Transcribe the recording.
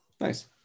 Nice